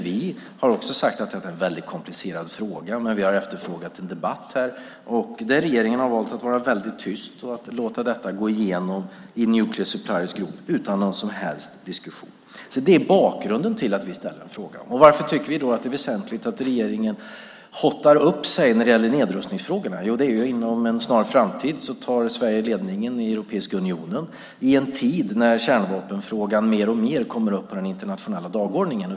Vi har också sagt att detta är en mycket komplicerad fråga, men vi har efterfrågat en debatt. Regeringen har valt att vara väldigt tyst och låta detta gå igenom i Nuclear Suppliers Group utan någon som helst diskussion. Detta är alltså bakgrunden till att vi ställer en fråga. Varför tycker vi då att det är väsentligt att regeringen "hottar upp sig" när det gäller nedrustningsfrågorna? Jo, inom en snar framtid tar Sverige ledningen i Europeiska unionen i en tid när kärnvapenfrågan mer och mer kommer upp på den internationella dagordningen.